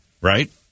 Right